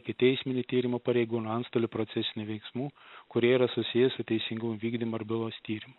ikiteisminio tyrimo pareigūnų antstolių procesinių veiksmų kurie yra susiję su teisingumo vykdymu ar bylos tyrimu